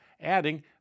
adding